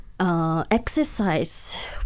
Exercise